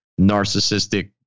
narcissistic